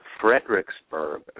Fredericksburg